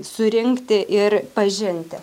surinkti ir pažinti